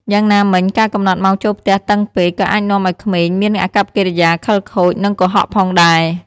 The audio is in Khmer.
យ៉ាងណាមិញ ការកំណត់ម៉ោងចូលផ្ទះតឹងពេកក៏អាចនាំឱ្យក្មេងមានអាកប្បកិរិយាខិលខូច និងកុហកផងដែរ។